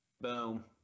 Boom